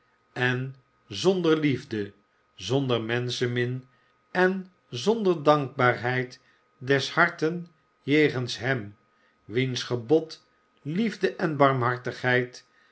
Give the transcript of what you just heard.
en zonder liefde zonder menschenmin en zonder dankbaarheid des harten jegens hem wiens gebod liefde en barmhartigheid